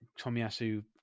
Tomiyasu